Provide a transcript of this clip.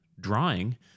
drawing